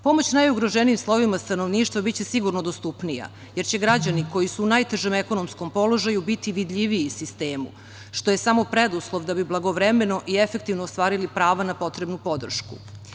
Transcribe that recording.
Pomoć najugroženijim slojevima stanovništva biće sigurno dostupnija, jer će građani koji su u najtežem ekonomskom položaju biti vidljiviji sistemu, što je samo preduslov da bi blagovremeno i efektivno ostvarili pravo na potrebnu podršku.